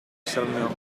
saranno